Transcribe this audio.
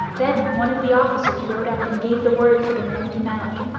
then one of the officers rode up and gave the word for the men to mount,